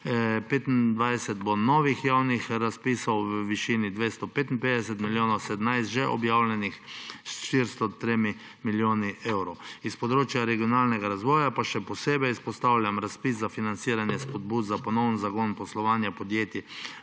25 bo novih javnih razpisov v višini 255 milijonov, 17 že objavljenih s 403 milijoni evrov. S področja regionalnega razvoja pa še posebej izpostavljam Javni razpis za financiranje spodbud za ponoven zagon poslovanja podjetij